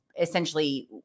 essentially